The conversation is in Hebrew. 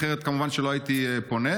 אחרת כמובן לא הייתי פונה.